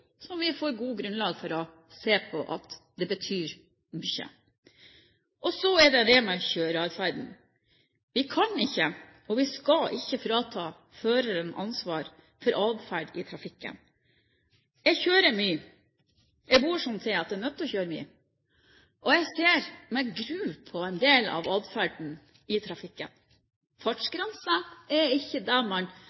så er det kjøreatferden. Vi kan ikke og vi skal ikke frata føreren ansvar for atferd i trafikken. Jeg kjører mye, jeg bor slik til at jeg er nødt til å kjøre mye, og jeg ser med gru på en del av atferden i trafikken.